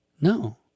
No